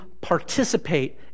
participate